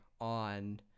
on